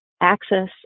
access